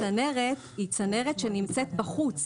הצנרת היא צנרת שנמצאת בחוץ,